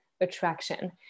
attraction